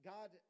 God